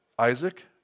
Isaac